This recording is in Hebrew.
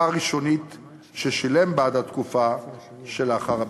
הראשונית ששילם בעד התקופה שלאחר הביטול.